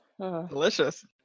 delicious